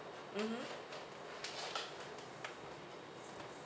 mmhmm